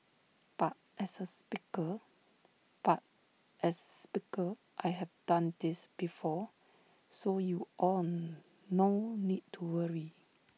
but as A speaker but as Speaker I have done this before so you all no need to worry